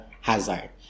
hazard